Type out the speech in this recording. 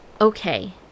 Okay